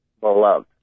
Beloved